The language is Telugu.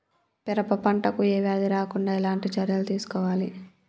పెరప పంట కు ఏ వ్యాధి రాకుండా ఎలాంటి చర్యలు తీసుకోవాలి?